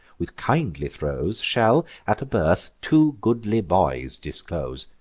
with kindly throes, shall at a birth two goodly boys disclose.